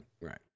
right